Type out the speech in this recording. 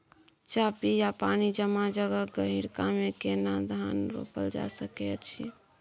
चापि या पानी जमा जगह, गहिरका मे केना धान रोपल जा सकै अछि?